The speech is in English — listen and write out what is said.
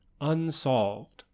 unsolved